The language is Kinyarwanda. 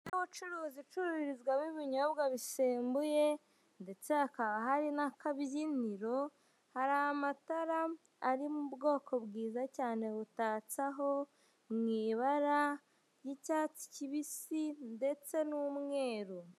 Inzu y'ubucuruzi icururizwamo ibinyobwa bisembuye ndetse hakaba hari n'akabyiniro, hari amatara ari m'ubwoko bwiza cyane butatse aho mw'ibara ry'icyatsi kibisi ndetse n'umweru.